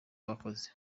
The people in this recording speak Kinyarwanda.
abakozi